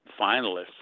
finalists